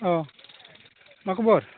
औ मा खबर